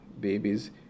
babies